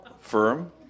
firm